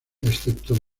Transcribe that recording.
excepto